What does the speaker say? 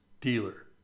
dealer